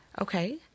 Okay